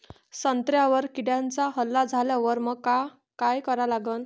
संत्र्यावर किड्यांचा हल्ला झाल्यावर मंग काय करा लागन?